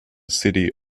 city